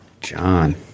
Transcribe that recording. John